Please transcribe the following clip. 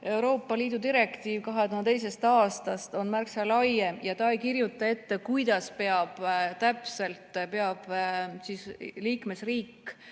Euroopa Liidu direktiiv 2002. aastast märksa laiem, ta ei kirjuta ette, kuidas täpselt peab liikmesriik